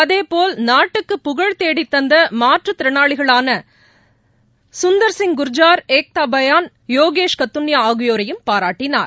அதேபோல் நாட்டுக்கு புகழ் தேடித்தந்தமாற்றுத் திறனாளிகளானசுந்தர்சிப் குர்ஜார் எக்தாபயான் யோகேஷ் கத்துனியாஆகியோரையும் பாராட்டினார்